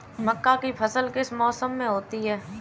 मक्का की फसल किस मौसम में होती है?